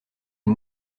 des